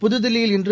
புதுதில்லியில் இன்று